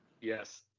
Yes